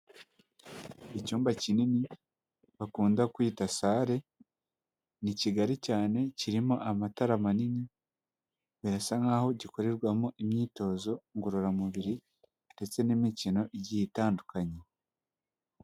Icyumba kinini bakunda kwita sare ni kigari cyane kirimo amatara manini birasa nkaho gikorerwamo imyitozo ngororamubiri ndetse n'imikino igiye itandukanye.